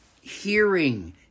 hearing